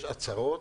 יש הצהרות.